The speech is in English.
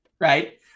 right